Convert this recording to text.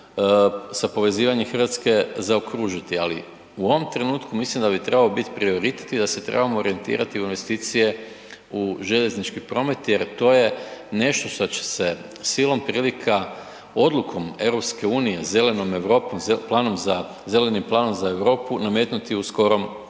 sa povezivanjem Hrvatske zaokružiti ali u ovom trenutku mislim da bi trebalo biti prioritet i da se trebamo orijentirati u investicije u željeznički promet jer to je nešto šta će se silom prilika odlukom EU-a, zelenom Europom, zelenim planom za Europu, nametnuti u skorom